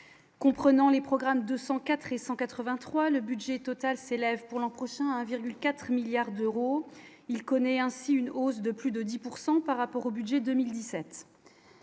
comprenant les programmes de 104 et 183 le budget total s'élève pour l'an prochain à 1,4 milliards d'euros, il connaît ainsi une hausse de plus de 10 pourcent par rapport au budget 2017.